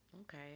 Okay